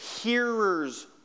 hearers